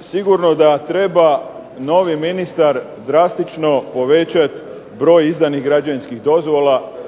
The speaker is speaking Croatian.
sigurno da treba novi ministar drastično povećati broj izdanih građevinskih dozvola.